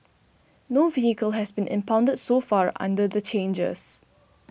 no vehicle has been impounded so far under the changes